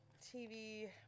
TV